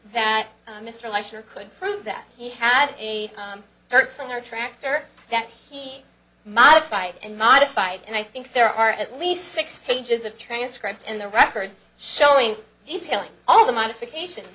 that mr lasher could prove that he had a person or a tractor that he modified and modified and i think there are at least six pages of transcript in the record showing detailing all the modification